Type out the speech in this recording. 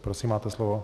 Prosím, máte slovo.